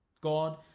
God